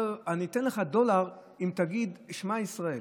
אומר: אני אתן לך דולר אם תגיד שמע ישראל.